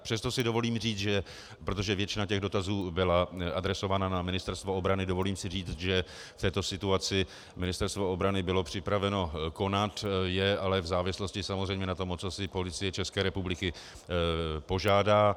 Přesto si dovolím říct, protože většina těch dotazů byla adresována na Ministerstvo obrany, že v této situaci Ministerstvo obrany bylo připraveno konat, ale v závislosti samozřejmě na tom, o co si Policie České republiky požádá.